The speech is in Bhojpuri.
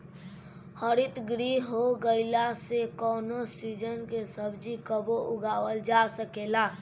हरितगृह हो गईला से कवनो सीजन के सब्जी कबो उगावल जा सकेला